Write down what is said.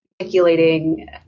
articulating